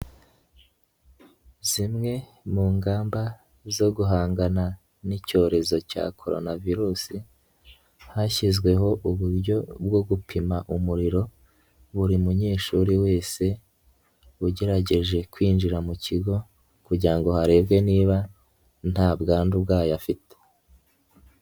Zimwe mu ngamba zo guhangana n'icyorezo cya korona virusi, hashyizweho uburyo bwo gupima umuriro buri munyeshuri wese ugerageje kwinjira mu kigo kugira ngo harebwe niba nta bwandu bwayo afite.